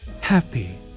Happy